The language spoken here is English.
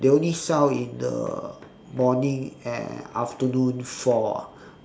they only sell in the morning and afternoon four ah